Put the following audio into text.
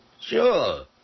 Sure